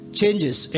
changes